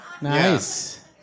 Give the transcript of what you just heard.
Nice